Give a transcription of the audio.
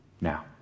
now